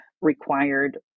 required